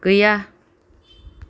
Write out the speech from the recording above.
गैया